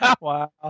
Wow